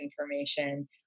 information